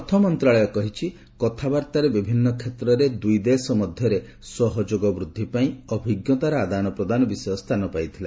ଅର୍ଥମନ୍ତ୍ରଣାଳୟ କହିଛି କଥାବାର୍ତ୍ତାରେ ବିଭିନ୍ନ କ୍ଷେତ୍ରରେ ଦୁଇଦେଶ ମଧ୍ୟରେ ସହଯୋଗ ବୃଦ୍ଧି ପାଇଁ ଅଭିଜ୍ଞତାର ଆଦାନପ୍ରଦାନ ବିଷୟ ସ୍ଥାନ ପାଇଥିଲା